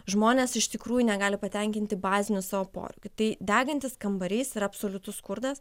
žmonės iš tikrųjų negali patenkinti bazinių savo poreikių tai degantis kambarys yra absoliutus skurdas